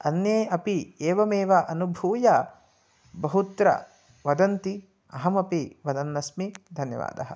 अन्ये अपि एवमेव अनुभूय बहुत्र वदन्ति अहमपि वदन्नस्मि धन्यवादः